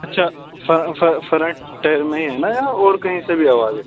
اچھا front tyre میں ہی ہے نا یا کہیں اور سے بھی آواز ہے